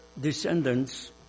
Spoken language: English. descendants